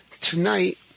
Tonight